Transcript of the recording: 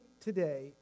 today